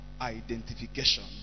identification